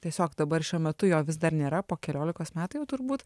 tiesiog dabar šiuo metu jo vis dar nėra po keliolikos metų jau turbūt